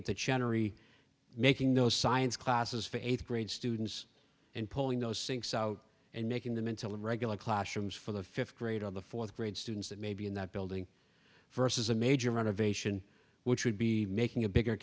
generally making those science classes for eighth grade students and pulling those sinks out and making them until the regular classrooms for the fifth grade of the fourth grade students that may be in that building versus a major renovation which would be making a bigger